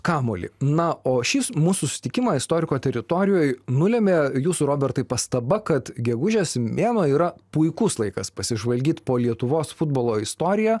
kamuolį na o šis mūsų susitikimą istoriko teritorijoj nulemia jūsų robertai pastaba kad gegužės mėnuo yra puikus laikas pasižvalgyt po lietuvos futbolo istoriją